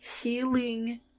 healing